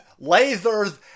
lasers